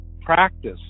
practice